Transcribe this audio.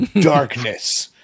darkness